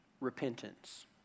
repentance